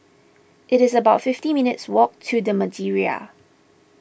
it is about fifty minutes' walk to the Madeira